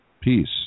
Peace